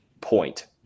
point